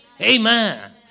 Amen